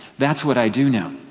that's what i do know.